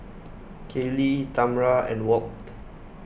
Kaylee Tamra and Walt